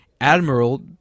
Admiral